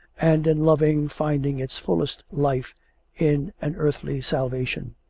and in loving finding its fullest life in an earthly salvation.